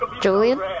Julian